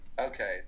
Okay